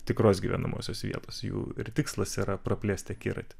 tikros gyvenamosios vietos jų ir tikslas yra praplėst akiratį